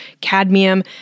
Cadmium